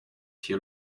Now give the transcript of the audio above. hier